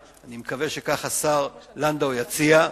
אני מקווה שכך השר לנדאו יציע,